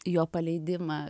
jo paleidimą